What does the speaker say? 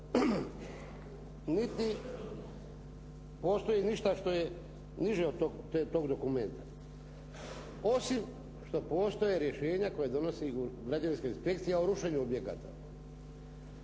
niti postoji ništa što je niže od tog dokumenta. Osim što postoje rješenja koje donosi Građevinska inspekcija o rušenju objekta.